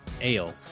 Ale